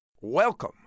Welcome